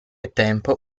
tempo